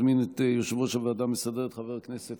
ואני מזמין את יושב-ראש הוועדה המסדרת חבר הכנסת